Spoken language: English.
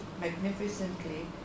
magnificently